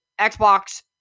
xbox